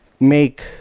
make